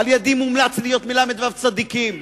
מומלץ על-ידי להיות מל"ו צדיקים.